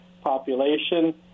population